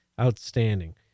Outstanding